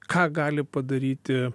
ką gali padaryti